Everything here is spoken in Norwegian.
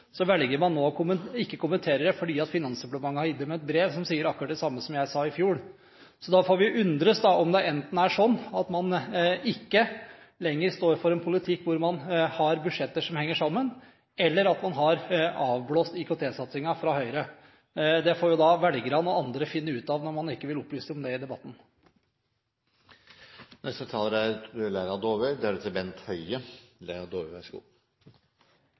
velger man nå ikke å kommentere det, fordi Finansdepartementet har gitt dem et brev som sier akkurat det samme som jeg sa i fjor. Så da får vi undres, om det er slik at Høyre ikke lenger står for en politikk hvor man har budsjetter som henger sammen, eller om man har avblåst IKT-satsingen. Det får velgerne og andre finne ut av når man ikke vil opplyse om det i debatten. Jeg føler meg ikke veldig mye bedre, for å si det sånn, og sikkert ikke pasientene heller. Jeg er